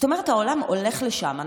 העולם הולך לשם.